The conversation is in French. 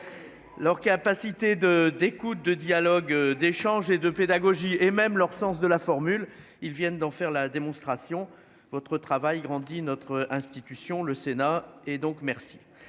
a pas cité de d'écoute, de dialogue, d'échanges et de pédagogie et même leur sens de la formule, ils viennent d'en faire la démonstration, votre travail grandit notre institution le Sénat et donc merci